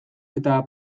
eta